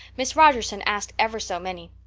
miss rogerson asked ever so many.